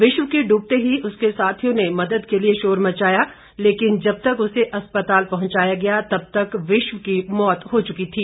विश्व के डूबते ही उसके साथियों ने मदद के लिए शोर मचाया लेकिन जब तक उसे अस्पताल पहुंचाया गया तब तक विश्व की मौत हो चुकी थी